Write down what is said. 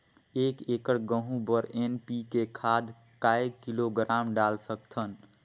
एक एकड़ गहूं बर एन.पी.के खाद काय किलोग्राम डाल सकथन?